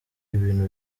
ibintu